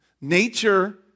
Nature